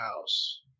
house